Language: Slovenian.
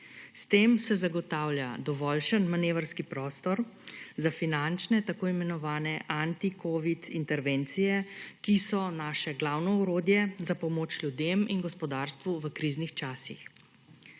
S tem se zagotavlja dovoljšen manevrski prostor za finančne tako imenovane anticovid intervencije, ki so naše glavno orodje za pomoč ljudem in gospodarstvu v kriznih časih.